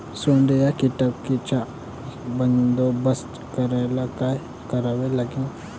सोंडे या कीटकांचा बंदोबस्त करायले का करावं लागीन?